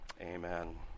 Amen